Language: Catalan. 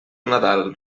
nadal